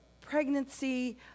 pregnancy